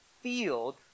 field